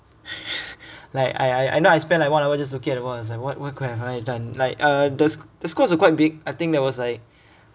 like I I I know I spend like one hour just looking at the ball it's was like what what could have I done like uh the s~ the scores was quite big I think there was